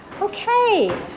Okay